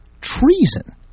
Treason